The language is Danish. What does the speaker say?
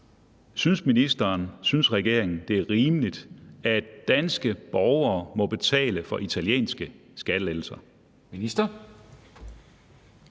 Synes ministeren, og synes regeringen, det er rimeligt, at danske borgere må betale for italienske skattelettelser?